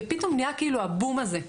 פתאום נהיה הבום הזה,